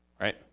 Right